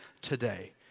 today